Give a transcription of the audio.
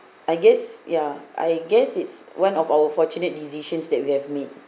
I guess yeah I guess it's one of our fortunate decisions that we have made